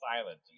silent